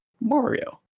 Mario